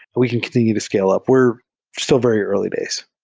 we can continue to scale up. we're still very early days.